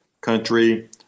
country